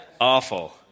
Awful